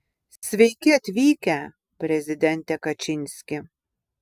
sveiki atvykę prezidente kačinski